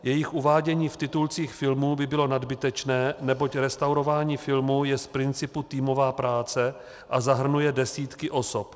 Jejich uvádění v titulcích filmů by bylo nadbytečné, neboť restaurování filmů je z principu týmová práce a zahrnuje desítky osob.